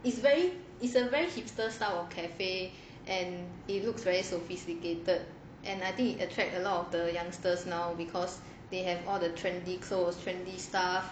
it's very it's a very hipster style cafe and it looks very sophisticated and I think it attract a lot of the youngsters now because they have all the trendy clothes trendy stuff